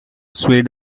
swayed